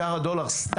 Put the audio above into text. שער הדולר סתם.